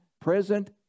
present